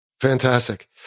Fantastic